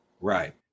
Right